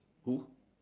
who